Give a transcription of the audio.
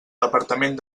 departament